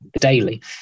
daily